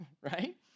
right